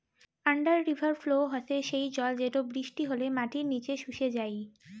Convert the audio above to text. under river flow হসে সেই জল যেটো বৃষ্টি হলে মাটির নিচে শুষে যাই